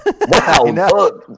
Wow